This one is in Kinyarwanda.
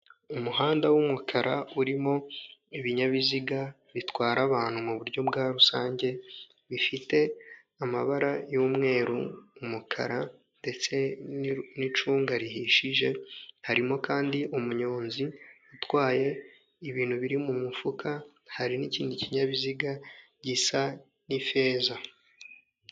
Umuhanda w'umukara urimo ibinyabiziga bitwara abantu mu buryo bwa rusange, bifite amabara y'umweru, umukara ndetse n'icunga rihishije, harimo kandi umunyonzi utwaye ibintu biri mu mufuka, hari n'ikindi kinyabiziga gisa n'ifeza.